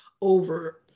over